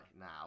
now